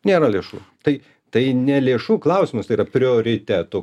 nėra lėšų tai tai ne lėšų klausimas tai yra prioritetų